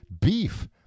beef